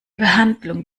behandlung